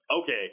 okay